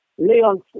Leon